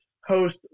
host